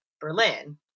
Berlin